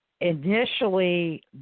initially